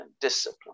discipline